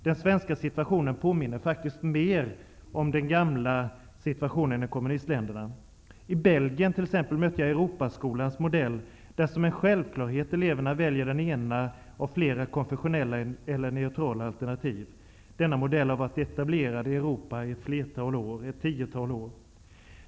Den svenska situationen påminner faktiskt mer om situationen i de gamla kommunistländerna. I Belgien t.ex. mötte jag Europaskolans modell, där som en självklarhet eleverna väljer den ena av flera konfessionella eller neutrala alternativ. Denna modell har varit etablerad i Europa i ett tiotal år.